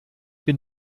bin